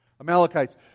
Amalekites